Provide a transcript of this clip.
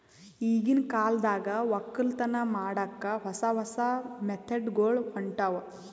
ಈಗಿನ್ ಕಾಲದಾಗ್ ವಕ್ಕಲತನ್ ಮಾಡಕ್ಕ್ ಹೊಸ ಹೊಸ ಮೆಥಡ್ ಗೊಳ್ ಹೊಂಟವ್